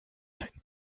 kein